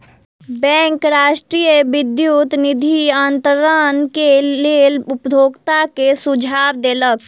bank राष्ट्रीय विद्युत निधि अन्तरण के लेल उपभोगता के सुझाव देलक